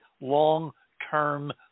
long-term